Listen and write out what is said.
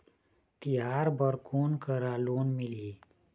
तिहार बर कोन करा लोन मिलही?